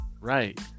Right